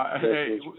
Hey